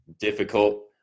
difficult